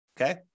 okay